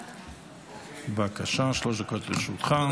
בבקשה, שלוש דקות לרשותך.